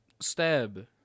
stab